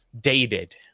dated